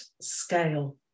scale